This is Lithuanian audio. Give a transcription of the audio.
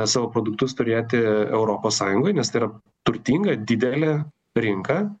savo produktus turėti europos sąjungoj nes tai yra turtinga didelė rinka